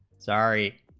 sorry